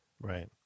Right